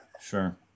Sure